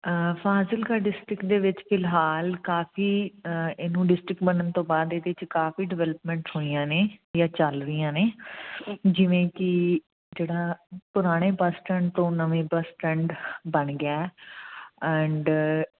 Fazilka district ਦੇ ਵਿੱਚ ਫ਼ਿਲਹਾਲ ਕਾਫੀ ਇਹਨੂੰ ਡਿਸਟਰਿਕ ਬਣਨ ਤੋਂ ਬਾਅਦ ਇਹਦੇ ਚ ਕਾਫੀ ਡਿਵੈਲਪਮੈਂਟ ਹੋਈਆਂ ਨੇ ਜਾਂ ਚੱਲ ਰਹੀਆਂ ਨੇ ਜਿਵੇਂ ਕਿ ਜਿਹੜਾ ਪੁਰਾਣੇ ਬਸ ਸਟੈਂਡ ਤੋਂ ਨਵੇਂ ਬਸ ਸਟੈਂਡ ਬਣ ਗਿਆ ਐਂਡ